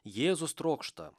jėzus trokšta